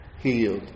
healed